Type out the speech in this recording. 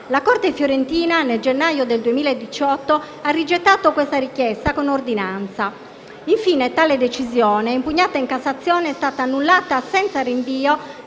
La corte fiorentina, nel gennaio 2018, ha rigettato questa richiesta con ordinanza. Infine tale decisione, impugnata in Cassazione, è stata annullata senza rinvio